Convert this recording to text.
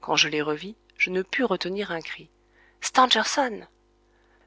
quand je les revis je ne pus retenir un cri stangerson